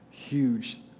huge